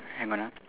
hang on ah